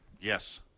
Yes